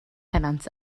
pennant